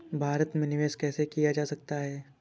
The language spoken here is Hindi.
भारत में निवेश कैसे किया जा सकता है?